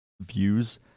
views